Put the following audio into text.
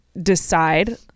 decide